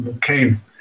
came